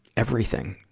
everything,